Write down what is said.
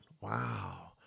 Wow